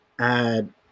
add